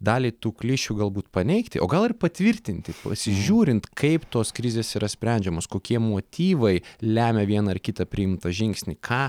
dalį tų klišių galbūt paneigti o gal ir patvirtinti pasižiūrint kaip tos krizės yra sprendžiamos kokie motyvai lemia vieną ar kitą priimtą žingsnį ką